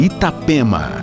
Itapema